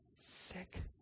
sick